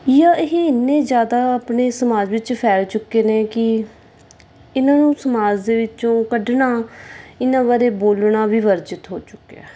ਜਾਂ ਇਹ ਇੰਨੇ ਜ਼ਿਆਦਾ ਆਪਣੇ ਸਮਾਜ ਵਿੱਚ ਫੈਲ ਚੁੱਕੇ ਨੇ ਕਿ ਇਹਨਾਂ ਨੂੰ ਸਮਾਜ ਦੇ ਵਿੱਚੋਂ ਕੱਢਣਾ ਇਹਨਾਂ ਬਾਰੇ ਬੋਲਣਾ ਵੀ ਵਰਜਿਤ ਹੋ ਚੁੱਕਿਆ